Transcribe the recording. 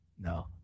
No